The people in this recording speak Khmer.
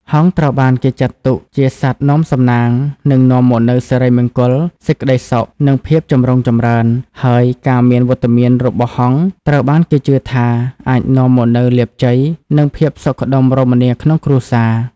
ហង្សត្រូវបានគេចាត់ទុកជាសត្វនាំសំណាង និងនាំមកនូវ សិរីមង្គល សេចក្តីសុខ និង ភាពចម្រុងចម្រើន ហើយការមានវត្តមានរបស់ហង្ស ត្រូវបានគេជឿថាអាចនាំមកនូវលាភជ័យ និងភាពសុខដុមរមនាក្នុងគ្រួសារ។